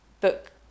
book